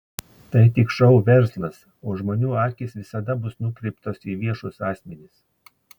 tai tik šou verslas o žmonių akys visada bus nukreiptos į viešus asmenis